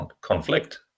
conflict